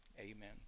Amen